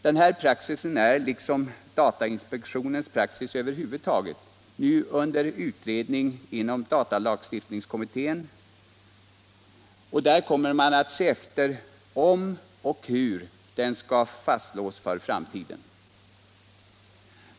Denna praxis är liksom datainspektionens praxis över huvud taget nu under utredning inom datalagstiftningskommittén, och där kommer man att se efter om och hur denna praxis skall fastslås för framtiden.